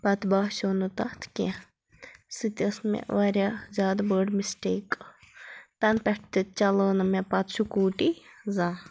پَتہٕ باسیو نہٕ تَتھ کیٚنٛہہ سُہ تہِ ٲس مےٚ واریاہ زیادٕ بٔڑ مِسٹیک تَنہٕ پٮ۪ٹھ تہِ چَلٲو نہٕ مےٚ پَتہٕ سکوٗٹی زانٛہہ